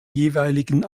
jeweiligen